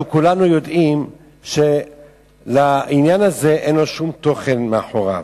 כולנו יודעים שלעניין הזה אין שום תוכן מאחוריו,